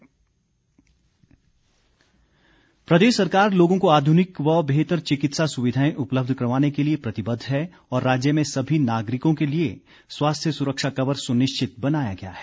विपिन परमार प्रदेश सरकार लोगों को आधुनिक व बेहतर चिकित्सा सुविधाएं उपलब्ध करवाने के लिए प्रतिबद्ध है और राज्य में सभी नागरिकों के लिए स्वास्थ्य सुरक्षा कवर सुनिश्चित बनाया गया है